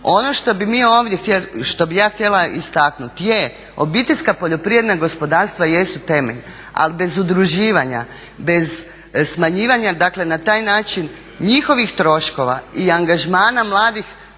što bih ja htjela istaknuti je, obiteljska poljoprivredna gospodarstva jesu temelj ali bez udruživanja, bez smanjivanja dakle na taj način njihovih troškova i angažmana mladih